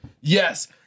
Yes